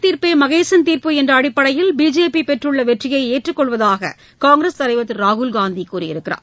தீர்ப்பே மகேசன் தீர்ப்பு என்ற அடிப்படையில் பிஜேபி பெற்றுள்ள மக்கள் வெற்றியை ஏற்றுக் கொள்வதாக காங்கிரஸ் தலைவர் திரு ராகுல்காந்தி கூறியுள்ளார்